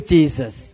Jesus